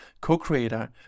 co-creator